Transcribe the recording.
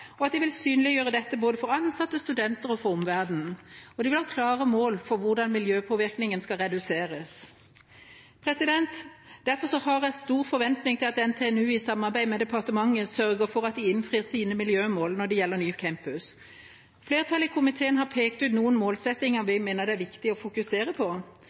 og at de vil synliggjøre dette for både ansatte, studenter og omverdenen. Og de vil ha klare mål for hvordan miljøpåvirkningen skal reduseres. Derfor har jeg stor forventning til at NTNU i samarbeid med departementet sørger for at de innfrir sine miljømål når det gjelder ny campus. Flertallet i komiteen har pekt ut noen målsettinger vi mener det er viktig å fokusere på.